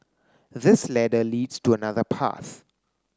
this ladder leads to another path